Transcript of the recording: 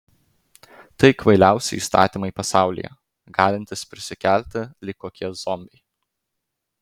tai kvailiausi įstatymai pasaulyje galintys prisikelti lyg kokie zombiai